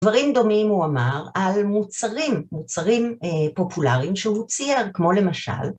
דברים דומים הוא אמר על מוצרים, מוצרים פופולריים שהוא צייר כמו למשל